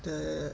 the